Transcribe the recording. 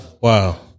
Wow